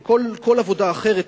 כל עבודה אחרת,